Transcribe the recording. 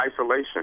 isolation